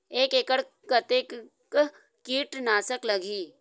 एक एकड़ कतेक किट नाशक लगही?